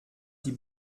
die